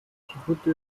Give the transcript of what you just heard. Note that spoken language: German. dschibuti